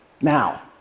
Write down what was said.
Now